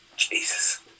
Jesus